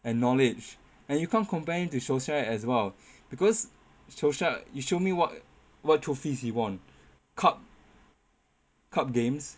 and knowledge and you can't compare him to solskjær as well because solskjær you show me what what trophies he won cup cup games